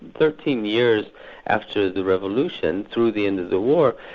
thirteen years after the revolution, through the end of the war,